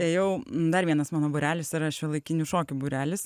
ėjau dar vienas mano būrelis yra šiuolaikinių šokių būrelis